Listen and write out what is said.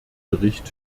bericht